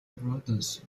brothers